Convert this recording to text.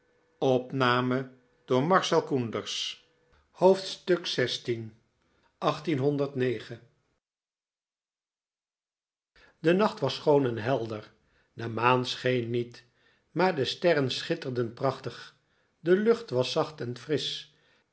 de nacht was schoon en helder de maan scheen niet maar de sterren schitterden prachtig de lucht was zacht en frisch